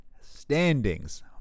standings